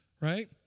right